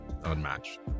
unmatched